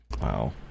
wow